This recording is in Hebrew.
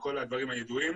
וכל הדברים הידועים